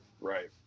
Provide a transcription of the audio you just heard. Right